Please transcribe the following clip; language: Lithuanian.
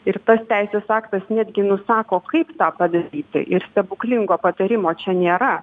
ir tas teisės aktas netgi nusako kaip tą padaryti ir stebuklingo patarimo čia nėra